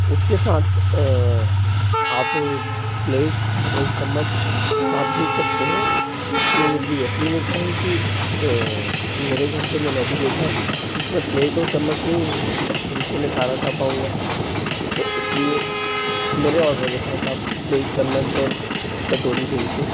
उसके साथ आप प्लेट और चम्मच साथ भेज सकते हैं असली में जी असली में क्या है कि मेरे घर पे मैंने अभी देखा उसमें प्लेट और चम्मच नहीं हैं जिससे मैं खाना खा पाऊंगा तो इसलिए मेरे ऑर्डर के साथ आप प्लेट चम्मच और कटोरी भेज दें